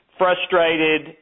frustrated